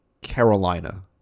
Carolina